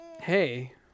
Hey